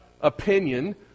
opinion